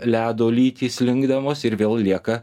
ledo lytys slinkdamos ir vėl lieka